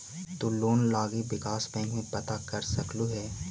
तु लोन लागी विकास बैंक में पता कर सकलहुं हे